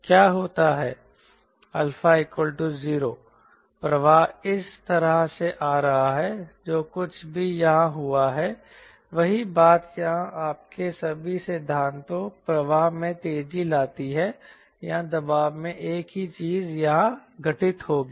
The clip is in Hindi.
𝛼 0 प्रवाह इस तरह से आ रहा है जो कुछ भी यहां हुआ है वही बात यहां आपके सभी सिद्धांतों प्रवाह में तेजी लाती है या दबाव में एक ही चीज यहां घटित होगी